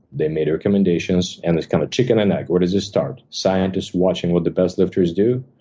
they made recommendations, and it's kind of chicken and egg. where does it start? scientists watching what the best lifters do,